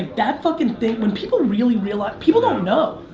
that fucking thing when people really realize, people don't know.